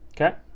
Okay